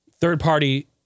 Third-party